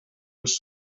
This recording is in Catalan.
els